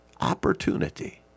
Opportunity